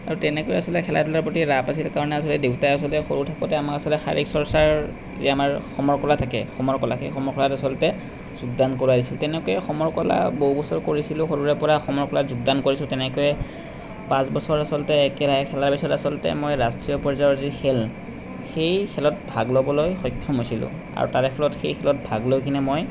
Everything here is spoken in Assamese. আৰু তেনেকৈ আচলতে খেলা ধূলাৰ প্ৰতি ৰাপ আছিলে কাৰণে আচলতে দেউতাই আচলতে সৰু থাকোঁতে আমাক আচলতে শাৰীৰিক চৰ্চাৰ যি আমাৰ সমৰ কলা থাকে সমৰ কলা সেই সমৰ কলাত আচলতে যোগদান কৰাইছিল তেনেকৈ সমৰ কলা বহু বছৰ কৰিছিলোঁ সৰুৰে পৰা সমৰ কলাত যোগদান কৰিছোঁ তেনেকৈয়ে পাঁচ বছৰ আচলতে একেৰাহে খেলাৰ পিছত আচলতে মই ৰাষ্ট্ৰীয় পৰ্য্যায়ৰ যি খেল সেই খেলত ভাগ ল'বলৈ সক্ষম হৈছিলোঁ আৰু তাৰে ফলত সেই খেলত ভাগ লৈ কিনে মই